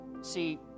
See